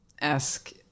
ask